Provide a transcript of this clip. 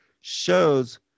shows